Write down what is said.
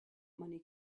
money